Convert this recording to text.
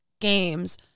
games